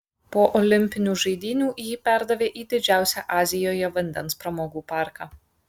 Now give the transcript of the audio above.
po olimpinių žaidynių jį perdarė į didžiausią azijoje vandens pramogų parką